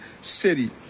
city